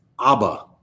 Abba